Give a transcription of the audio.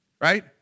Right